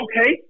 okay